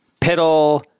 piddle